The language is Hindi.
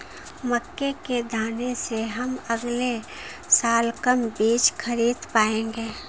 मक्के के दाने से हम अगले साल कम बीज खरीद पाएंगे